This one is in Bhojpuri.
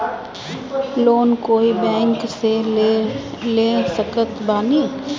लोन कोई बैंक से ले सकत बानी?